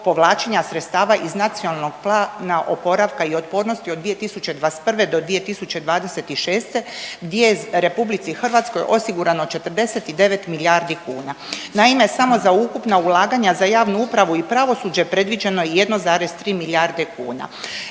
povlačenja sredstava iz NPOO-a od 2021.-2026. gdje je RH osigurano 49 milijardi kuna. Naime, samo za ukupna ulaganja za javnu upravu i pravosuđe predviđeno je 1,3 milijarde kuna.